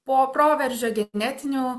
po proveržio genetinių